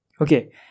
Okay